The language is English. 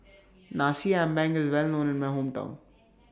Nasi Ambeng IS Well known in My Hometown